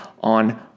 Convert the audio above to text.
on